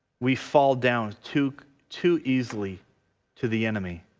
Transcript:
we fall down to two easily to the enemy